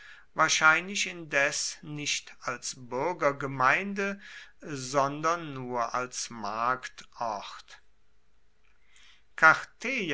wahrscheinlich indes nicht als bürgergemeinde sondern nur als marktort